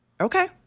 Okay